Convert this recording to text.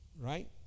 Right